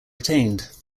retained